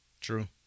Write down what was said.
True